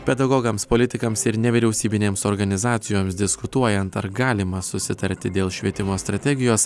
pedagogams politikams ir nevyriausybinėms organizacijoms diskutuojant ar galima susitarti dėl švietimo strategijos